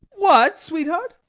what, sweetheart?